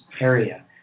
area